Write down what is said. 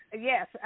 yes